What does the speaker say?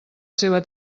seva